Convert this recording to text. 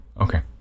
Okay